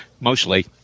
mostly